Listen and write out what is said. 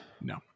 No